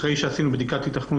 זה בעיקר מה שאת רוצה להגיד,